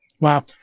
Wow